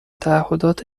تعهدات